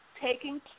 taking